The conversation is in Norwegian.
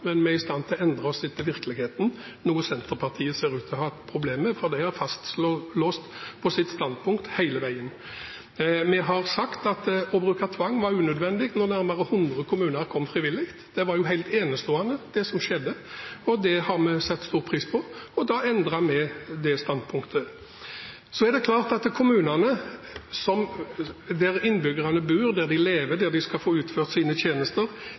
Men vi er i stand til å endre oss etter virkeligheten, noe Senterpartiet ser ut til å ha problemer med, for de har vært fastlåst i sitt standpunkt hele veien. Vi har sagt at å bruke tvang var unødvendig når nærmere 100 kommuner kom frivillig. Det var helt enestående, det som skjedde. Det har vi satt spor pris på, og da endret vi det standpunktet. Det er klart at i kommunene, der innbyggerne bor, der de lever, der de skal få utført sine tjenester,